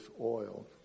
oil